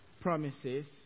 promises